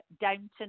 Downton